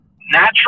natural